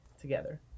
together